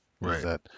Right